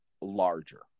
larger